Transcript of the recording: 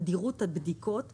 תדירות הבדיקות שונה.